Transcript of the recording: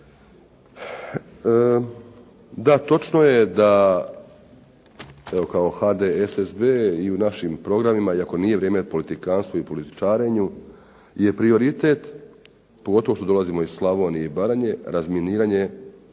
Da točno je da evo kao HDSSB i u našim programima, iako nije vrijeme politikanstvu i političarenju je prioritet, pogotovo što dolazimo iz Slavonije i Baranje razminiranje